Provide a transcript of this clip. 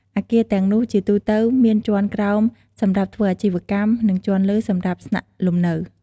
អគារទាំងនោះជាទូទៅមានជាន់ក្រោមសម្រាប់ធ្វើអាជីវកម្ម និងជាន់លើសម្រាប់ស្នាក់លំនៅ។